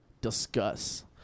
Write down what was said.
Discuss